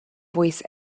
voice